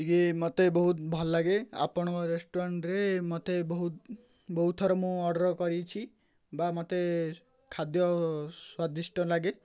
ଟିକେ ମୋତେ ବହୁତ ଭଲ ଲାଗେ ଆପଣଙ୍କ ରେଷ୍ଟୁରାଣ୍ଟରେ ମୋତେ ବହୁତ ବହୁତ ଥର ମୁଁ ଅର୍ଡ଼ର କରିଛି ବା ମୋତେ ଖାଦ୍ୟ ସ୍ଵାଦିଷ୍ଟ ଲାଗେ